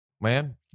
Man